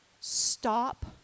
stop